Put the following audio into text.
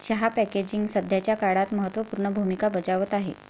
चहा पॅकेजिंग सध्याच्या काळात महत्त्व पूर्ण भूमिका बजावत आहे